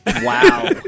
Wow